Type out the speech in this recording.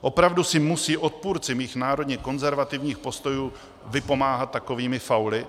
Opravdu si musí odpůrci mých národně konzervativních postojů vypomáhat takovými fauly?